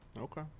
Okay